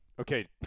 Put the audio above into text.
Okay